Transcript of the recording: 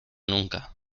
nunca